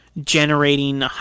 generating